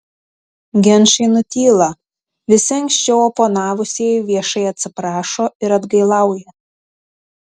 ginčai nutyla visi anksčiau oponavusieji viešai atsiprašo ir atgailauja